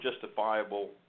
justifiable